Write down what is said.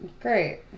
Great